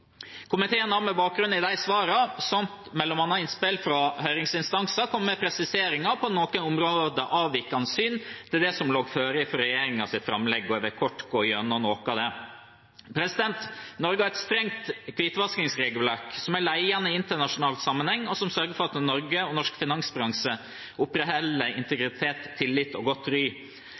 Komiteen har med bakgrunn i de svarene samt bl.a. innspill fra høringsinstanser kommet med presiseringer – på noen områder avvikende syn i forhold til det som forelå i regjeringens framlegg. Jeg vil kort gå igjennom noe av det. Norge har et strengt hvitvaskingsregelverk, som er ledende i internasjonal sammenheng, og som sørger for at Norge og norsk finansbransje opprettholder integritet, tillit og godt ry.